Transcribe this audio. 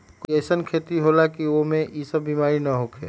कोई अईसन खेती होला की वो में ई सब बीमारी न होखे?